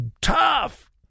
tough